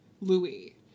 Louis